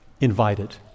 invited